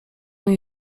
jej